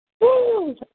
Woo